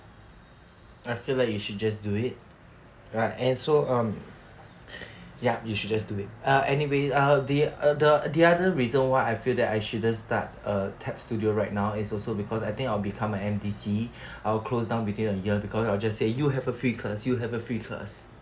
I feel like you should just do it right and so um ya you should just do it uh anyway uh the uh the other reason why I feel that I shouldn't start a tap studio right now is also because I think I'll become M_D_C I'll close down within a year because I'll just say you have a free class you have a free class